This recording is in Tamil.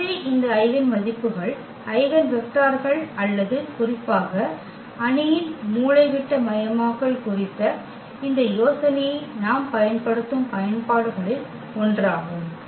எனவே இந்த ஐகென் மதிப்புக்கள் ஐகென் வெக்டர்கள் அல்லது குறிப்பாக அணியின் மூலைவிட்டமயமாக்கல் குறித்த இந்த யோசனையை நாம் பயன்படுத்தும் பயன்பாடுகளில் ஒன்றாகும்